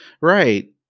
Right